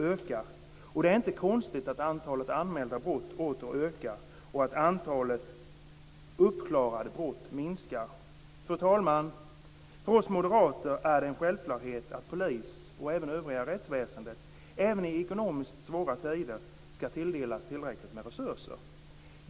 Det är inte heller konstigt att antalet anmälda brott har ökat och att antalet uppklarade brott minskar. Fru talman! För oss moderater är det en självklarhet att polis och även övriga rättsväsende även i ekonomiskt svåra tider skall tilldelas tillräckligt med resurser.